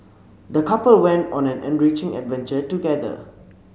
the couple went on an enriching adventure together